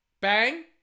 bang